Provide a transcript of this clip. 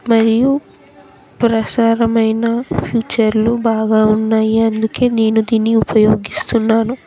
మరియు ప్రసారమైన ఫీచర్లు బాగా ఉన్నాయి అందుకే నేను దీన్ని ఉపయోగిస్తున్నాను